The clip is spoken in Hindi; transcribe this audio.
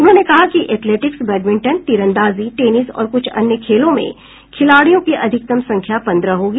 उन्होंने कहा कि एथलेटिक्स बैडमिंटन तीरंदाजी टेनिस और कुछ अन्य खेलों में खिलाड़ियों की अधिकतम संख्या पन्द्रह होगी